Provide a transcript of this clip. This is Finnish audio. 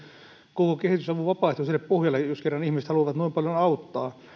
koko kehitysavun vapaaehtoiselle pohjalle jos kerran ihmiset haluavat noin paljon auttaa